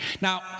Now